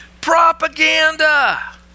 Propaganda